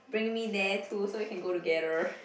bring me there too so we can go together